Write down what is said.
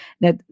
Now